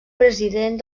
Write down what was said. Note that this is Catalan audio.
president